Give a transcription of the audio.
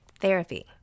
Therapy